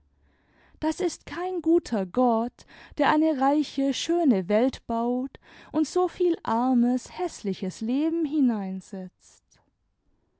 das ist kein guter gott der eine reiche schöne welt baut und so viel armes häßliches leben